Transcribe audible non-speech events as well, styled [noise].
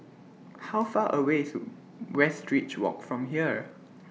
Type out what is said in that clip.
How Far away IS Westridge Walk from here [noise]